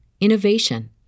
innovation